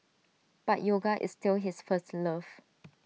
but yoga is still his first love